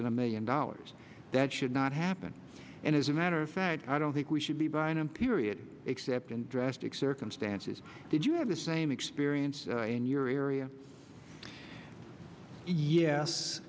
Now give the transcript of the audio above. than a million dollars that should not happen and as a matter of fact i don't think we should be buying him period except in drastic circumstances did you have the same experience in your area